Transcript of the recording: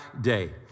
day